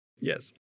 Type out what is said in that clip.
Yes